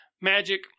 magic